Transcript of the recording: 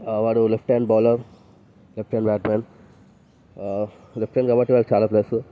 వాడు left hand bowler left hand batsmen left hand కాబట్టి వాడికి చాలా ప్లస్